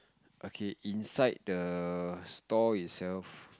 okay inside the store itself